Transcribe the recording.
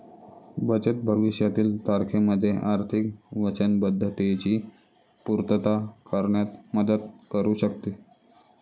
बचत भविष्यातील तारखेमध्ये आर्थिक वचनबद्धतेची पूर्तता करण्यात मदत करू शकते